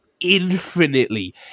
infinitely